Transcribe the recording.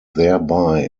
thereby